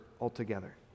altogether